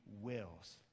wills